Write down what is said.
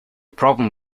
problem